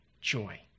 joy